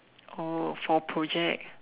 oh for project